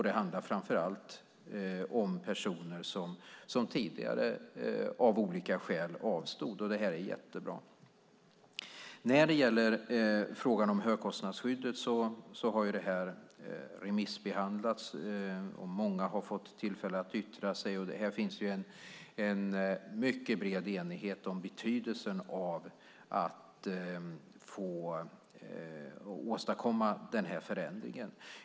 Det handlar framför allt om personer som tidigare av olika skäl avstod. Frågan om högkostnadsskyddet har remissbehandlats, och många har fått tillfälle att yttra sig. Här finns en mycket bred enighet om betydelsen av att åstadkomma den här förändringen.